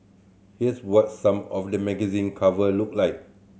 here's what some of the magazine cover looked like